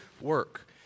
work